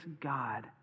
God